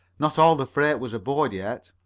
not all the freight was aboard yet.